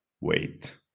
wait